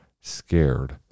scared